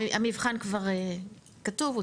המבחן כבר כתוב.